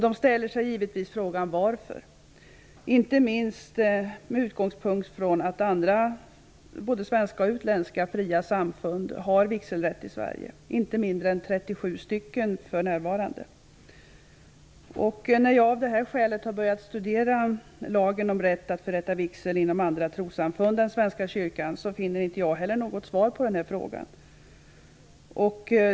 De ställer sig givetvis frågan varför, inte minst med utgångspunkt i att andra både svenska och utländska fria samfund har vigselrätt i Sverige. Det är inte mindre än 37 stycken för närvarande. När jag har studerat lagen om rätt att förrätta vigsel inom andra trossamfund än Svenska kyran, har jag inte heller funnit svar på frågan.